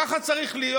ככה צריך להיות.